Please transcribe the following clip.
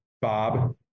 Bob